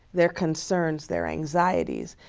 their concerns, their anxieties,